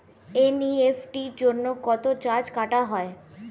NEFT জন্য কত charge কাটা হয়?